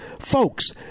folks